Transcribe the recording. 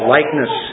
Likeness